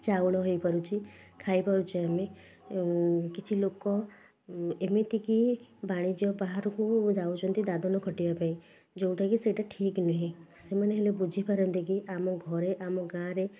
ଚାଉଳ ହେଇପାରୁଛି ଖାଇପାରୁଛେ ଆମେ କିଛି ଲୋକ ଏମିତି କି ବାଣିଜ୍ୟ ବାହାରକୁ ଯାଉଛନ୍ତି ଦାଦନ ଖଟିବା ପାଇଁ ଯେଉଁଟା କି ସେଇଟା ଠିକ ନୁହେଁ ସେମାନେ ହେଲେ ବୁଝି ପାରନ୍ତେ କି ଆମ ଘରେ ଆମ ଗାଁରେ